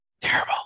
terrible